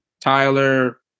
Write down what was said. tyler